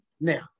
Now